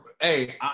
Hey